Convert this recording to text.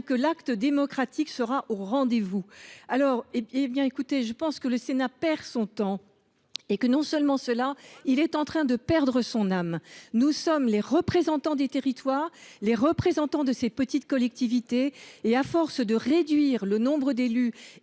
que l’acte démocratique sera au rendez vous. À mon sens, non seulement le Sénat perd son temps, mais il est de surcroît en train de perdre son âme. Nous sommes les représentants des territoires, les représentants de ces petites collectivités. À force de réduire le nombre d’élus